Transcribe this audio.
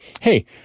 Hey